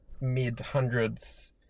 mid-hundreds